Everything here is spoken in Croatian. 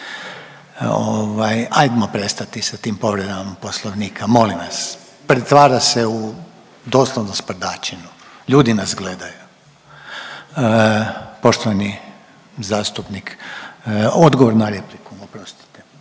Hajmo prestati sa tim povredama Poslovnika molim vas, pretvara se u doslovno sprdačinu, ljudi nas gledaju. Poštovani zastupnik odgovor na repliku, oprostite.